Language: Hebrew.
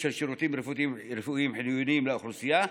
של שירותים רפואיים חיוניים לאוכלוסייה,